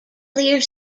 clear